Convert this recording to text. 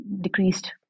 decreased